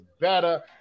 better